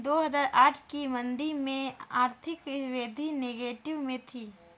दो हजार आठ की मंदी में आर्थिक वृद्धि नेगेटिव में थी